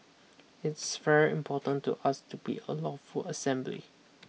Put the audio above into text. it's very important to us to be a lawful assembly